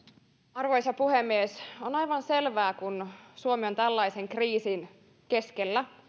arvoisa puhemies on aivan selvää että kun suomi on tällaisen kriisin keskellä